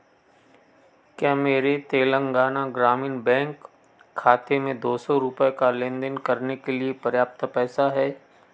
क्या मेरे तेलंगाना ग्रामीण बैंक खाते में दो सौ रुपये का लेन देन करने के लिए पर्याप्त पैसा है